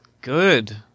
Good